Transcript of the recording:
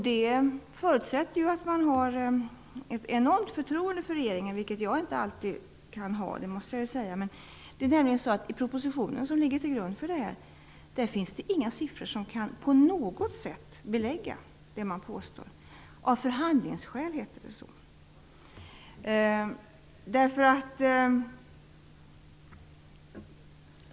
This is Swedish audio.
Det förutsätter att man har ett enormt förtroende för regeringen, vilket jag inte alltid har. I den proposition som ligger till grund för förslaget finns det inga siffror som på något sätt kan belägga det man påstår -- av förhandlingsskäl, heter det.